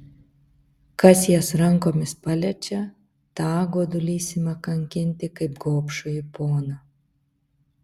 kas jas rankomis paliečia tą godulys ima kankinti kaip gobšųjį poną